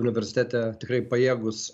universitete tikrai pajėgūs